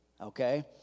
okay